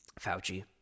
Fauci